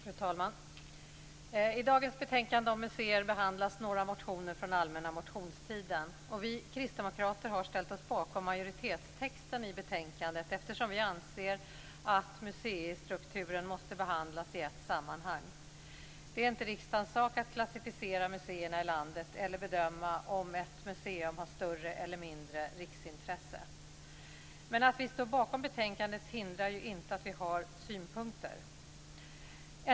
Fru talman! I dagens betänkande om museer behandlas några motioner från allmänna motionstiden. Vi kristdemokrater har ställt oss bakom majoritetstexten i betänkandet eftersom vi anser att museistrukturen måste behandlas i ett sammanhang. Det är inte riksdagens sak att klassificera museerna i landet eller bedöma om ett museum har större eller mindre riksintresse. Men att vi står bakom betänkandet hindrar ju inte att vi har synpunkter.